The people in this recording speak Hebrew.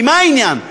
כי מה העניין?